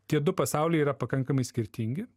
tie du pasauliai yra pakankamai skirtingi